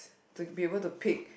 to be able to pick